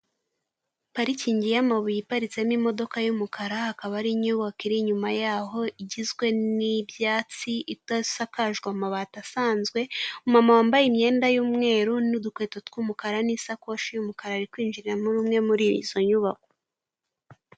Parikingi y'amabuye yiparitsemo imodoka y'umukara, akaba ari inyubako iri inyuma yaho igizwe n'ibyatsi idasakajwe amabati asanzwe umumama wambaye imyenda y'umweru n'udukweto tw'umukara, n'isakoshi y'umukara, ari kwinjira muri umwe muri izo nyubako.